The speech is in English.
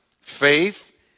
Faith